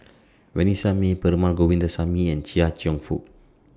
Vanessa Mae Perumal Govindaswamy and Chia Cheong Fook